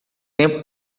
tempo